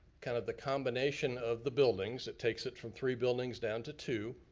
kind of the combination of the buildings. it takes it from three buildings down to two,